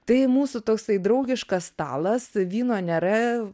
tai mūsų toksai draugiškas stalas vyno nėra